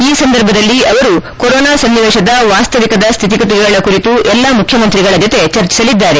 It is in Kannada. ಈ ಸಂದರ್ಭದಲ್ಲಿ ಅವರು ಕೊರೊನಾ ಸನ್ನಿವೇಶದ ವಾಸ್ತವಿಕದ ಸ್ಥಿತಿಗತಿಗಳ ಕುರಿತು ಎಲ್ಲಾ ಮುಖ್ಯಮಂತ್ರಿಗಳ ಜೊತೆ ಚರ್ಚಿಸಲಿದ್ದಾರೆ